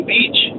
Beach